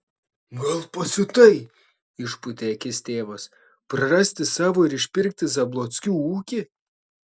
gal pasiutai išpūtė akis tėvas prarasti savo ir išpirkti zablockių ūkį